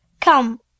Come